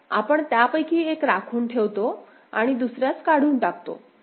तर आपण त्यापैकी एक राखून ठेवतो आणि दुसर्यास काढून टाकतो